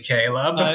Caleb